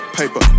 paper